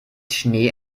schnee